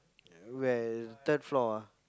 where third floor ah